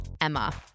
Emma